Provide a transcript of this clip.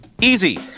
Easy